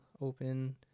open